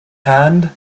hand